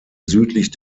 südlich